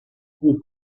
cui